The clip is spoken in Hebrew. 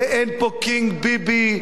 ואין פה קינג ביבי",